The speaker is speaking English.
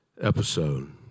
episode